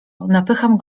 napycham